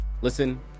Listen